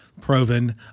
Proven